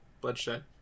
bloodshed